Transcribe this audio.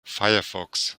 firefox